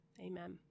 Amen